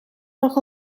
nog